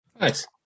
Nice